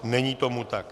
Není tomu tak.